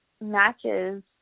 matches